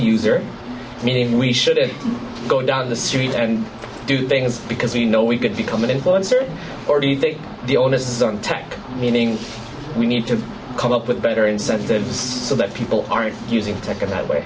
user meaning we shouldn't go down the street and do things because we know we could become an influencer or do you think the onus is on tech meaning we need to come up with better incentives so that people aren't using tech in that way